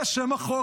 זה שם החוק.